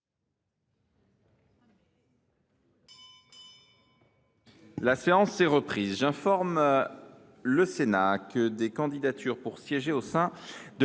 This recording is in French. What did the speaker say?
La séance est reprise. J’informe le Sénat que des candidatures pour siéger au sein de